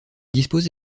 dispose